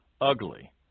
ugly